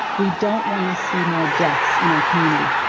we don't want to see more deaths in our community.